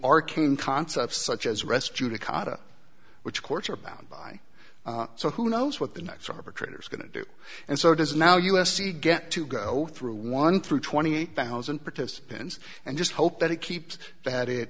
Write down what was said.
arcane concepts such as rest judicata which courts are bound by so who knows what the next arbitrator's going to do and so does now u s c get to go through one through twenty thousand participants and just hope that it keeps that it